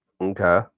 okay